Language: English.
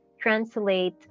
translate